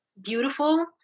beautiful